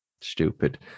stupid